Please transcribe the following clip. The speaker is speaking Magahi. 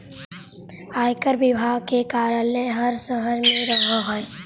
आयकर विभाग के कार्यालय हर शहर में रहऽ हई